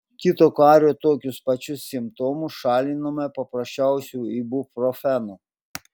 kito kario tokius pačius simptomus šalinome paprasčiausiu ibuprofenu